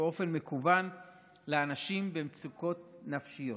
ובאופן מקוון לאנשים במצוקות נפשיות,